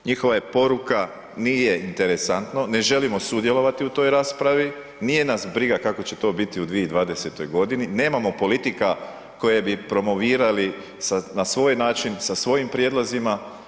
Njihova je poruka nije interesantno, ne želimo sudjelovati u toj raspravi, nije nas briga kako će to biti u 2020. godini, nemamo politika koje bi promovirali na svoj način, sa svojim prijedlozima.